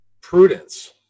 prudence